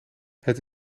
het